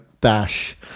dash